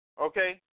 Okay